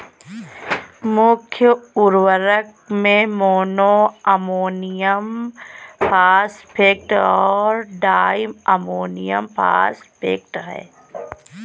मुख्य उर्वरक में मोनो अमोनियम फॉस्फेट और डाई अमोनियम फॉस्फेट हैं